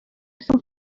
some